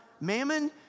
Mammon